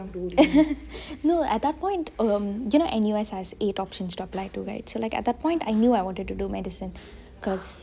no at that point you know N_U_S has eight options to apply to right so at that time I knew I wanted to do medicine because